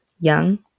young